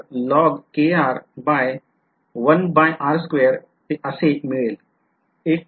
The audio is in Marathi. तर ते असे मिळेल